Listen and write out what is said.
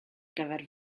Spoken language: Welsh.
gyfer